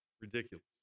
ridiculous